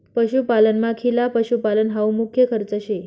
पशुपालनमा खिला पशुपालन हावू मुख्य खर्च शे